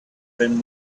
been